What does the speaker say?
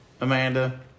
Amanda